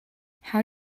how